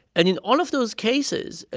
and in all of those cases,